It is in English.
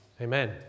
Amen